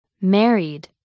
Married